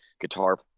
guitar